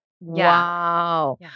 Wow